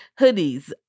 hoodies